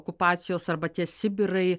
okupacijos arba tie sibirai